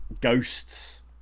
ghosts